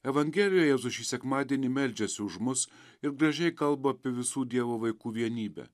evangelijoje jėzus šį sekmadienį meldžiasi už mus ir gražiai kalba apie visų dievo vaikų vienybę